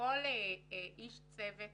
כל איש צוות